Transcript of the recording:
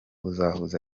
uzahuza